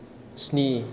स्नि